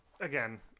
again